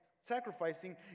sacrificing